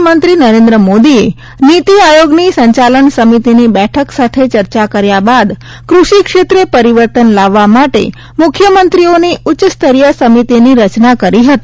પ્રધાનમંત્રી નરેન્દ્ર મોદીએ નીતિ આયોગની સંચાલન સમિતિની બેઠક સાથે ચર્ચા કર્યા બાદ પ્રધાનમંત્રીએ કૃષિ ક્ષેત્રે પરિવર્તન લાવવા માટે મુખ્યમંત્રીઓની ઉચ્ચસ્તરીય સમિતિની રચના કરી હતી